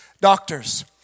doctors